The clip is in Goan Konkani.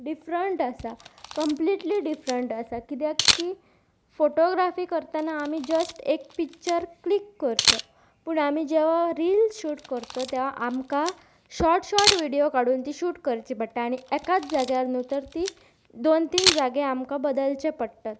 डिफरंट आसा कंम्प्लीिटली डिफरंट आसा किद्याक की फोटोग्राफी करतना आमी जस्ट एक पिक्चर क्लीक करत पूण आमी जवा रिल शूट करत तेवा आमकां शॉर्ट शॉर्ट विडियो काडून ती शूट करची पडटा आनी एकाच जाग्यार न्ह तर ती दोन तीन जागे आमकां बदलचें पडटात